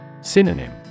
Synonym